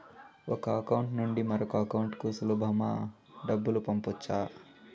ఒక అకౌంట్ నుండి మరొక అకౌంట్ కు సులభమా డబ్బులు పంపొచ్చా